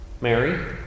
Mary